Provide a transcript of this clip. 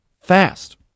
fast